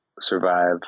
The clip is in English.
survive